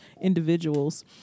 individuals